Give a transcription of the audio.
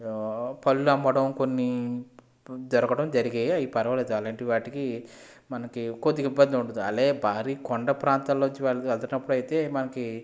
పండ్లు అమ్మడం కొన్ని దొరకడం జరిగాయి అవి పర్వాలేదు అలాంటి వాటికి మనకి కొద్దిగా ఇబ్బంది ఉండదు భారీ కొండ ప్రాంతాల నుంచి వెళుతున్నట్లయితే మనకి